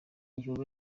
igikorwa